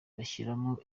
bashyiramo